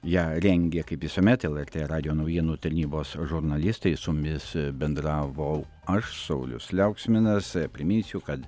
ją rengė kaip visuomet lrt radijo naujienų tarnybos žurnalistai su mumis bendravau aš saulius liauksminas priminsiu kad